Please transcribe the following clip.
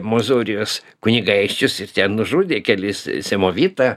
mozūrijos kunigaikščius ir ten nužudė kelis semovita